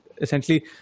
essentially